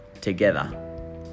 together